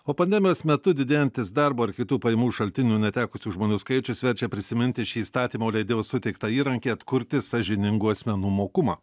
o pandemijos metu didėjantis darbo ar kitų pajamų šaltinių netekusių žmonių skaičius verčia prisiminti šį įstatymo leidėjo suteiktą įrankį atkurti sąžiningų asmenų mokumą